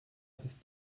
ist